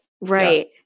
right